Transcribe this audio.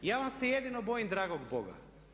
Ja vam se jedino bojim dragog boga.